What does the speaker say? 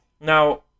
now